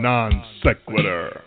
Non-Sequitur